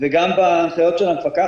זה גם בהנחיות של המפקחת,